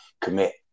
commit